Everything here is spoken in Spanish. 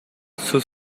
sus